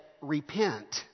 repent